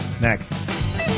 Next